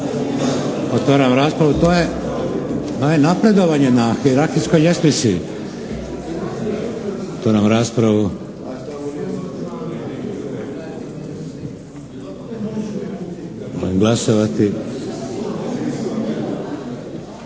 Otvaram raspravu. To je napredovanje na hijerarhijskoj ljestvici. Otvaram raspravu. Molim glasovati.